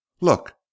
Look